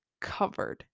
covered